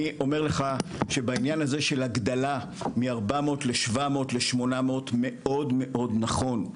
אני אומר לך שבעניין הזה של הגדלה מ-400 ל-700 ל-800 מאוד מאוד נכון.